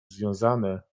związane